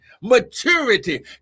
maturity